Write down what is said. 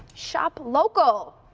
shop local.